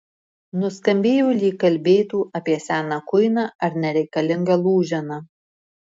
nuskambėjo lyg kalbėtų apie seną kuiną ar nereikalingą lūženą